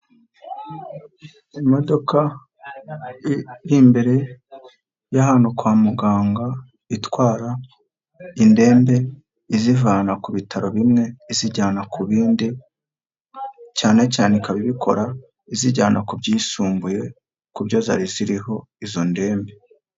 Imodoka iri imbere y'ahantu kwa muganga itwara indembe izivana ku bitaro bimwe izijyana ku bindi cyane cyane ikaba ibikora izijyana ku byisumbuye kubyo zari ziriho izo ndembe.